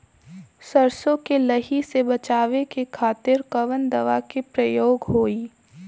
सरसो के लही से बचावे के खातिर कवन दवा के प्रयोग होई?